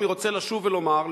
אני רוצה לשוב ולומר,